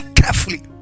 carefully